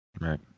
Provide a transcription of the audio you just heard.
right